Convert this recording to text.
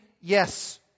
Yes